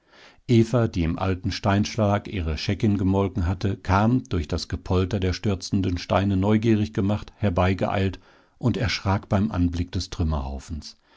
die im alten steinschlag ihre scheckin gemolken hatte kam durch das gepolter der stürzenden steine neugierig gemacht herbeigeeilt und erschrak beim anblick des